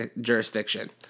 jurisdiction